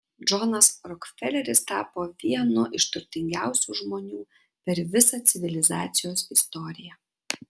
džonas rokfeleris tapo vienu iš turtingiausių žmonių per visą civilizacijos istoriją